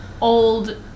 old